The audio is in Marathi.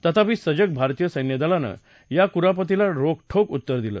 तथापि सजग भारतीय सैन्यदलान या कुरापतीला रोखठोक उत्तर दिलं